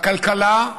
בכלכלה: